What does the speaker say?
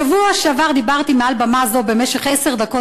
בשבוע שעבר דיברתי מעל במה זו במשך עשר דקות